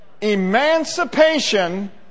Emancipation